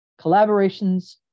Collaborations